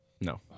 No